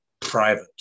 private